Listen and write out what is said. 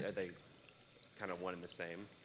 yeah they kind of one in the same?